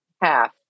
half